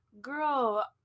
Girl